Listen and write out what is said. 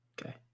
Okay